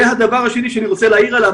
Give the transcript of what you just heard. והדבר השני שאני רוצה להעיר עליו,